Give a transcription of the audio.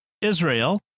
Israel